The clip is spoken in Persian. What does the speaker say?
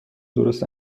درست